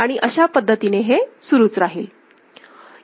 आणि अशा पद्धतीने हे सुरूच राहील